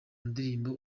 ndirimbo